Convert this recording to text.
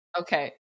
Okay